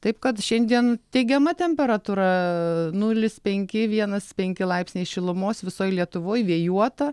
taip kad šiandien teigiama temperatūra nulis penki vienas penki laipsniai šilumos visoj lietuvoj vėjuota